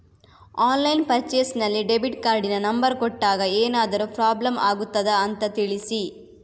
Online purchase ನಲ್ಲಿ debit ಕಾರ್ಡಿನ number ಕೊಟ್ಟಾಗ ಏನಾದರೂ ಪ್ರಾಬ್ಲಮ್ ಆಗುತ್ತದ ಅಂತ ತಿಳಿಸಿ?